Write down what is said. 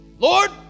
Lord